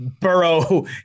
Burrow